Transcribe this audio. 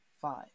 five